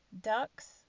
ducks